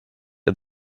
and